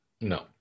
no